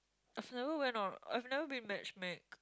I've never went on I've never been match-make